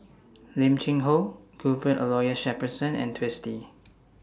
Lim Cheng Hoe Cuthbert Aloysius Shepherdson and Twisstii